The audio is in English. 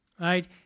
right